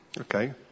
Okay